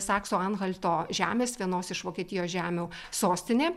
saksų anhalto žemės vienos iš vokietijos žemių sostinė